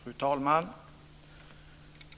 Fru talman!